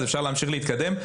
אפשר להמשיך להתקדם.